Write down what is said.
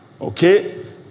Okay